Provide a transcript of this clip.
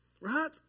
right